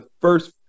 first